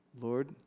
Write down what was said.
Lord